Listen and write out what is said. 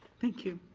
thank you.